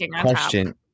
question